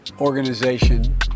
organization